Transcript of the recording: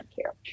care